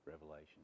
Revelation